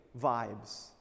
vibes